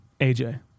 AJ